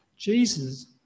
Jesus